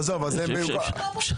אבל אני חושב שיש פה בעיה בפרוטוקול.